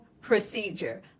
procedure